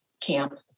camp